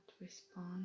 respond